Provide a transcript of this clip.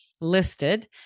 listed